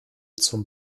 zum